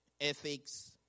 ethics